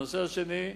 הנושא השני,